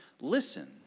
Listen